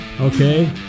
Okay